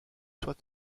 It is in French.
soit